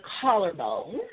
collarbone